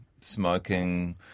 Smoking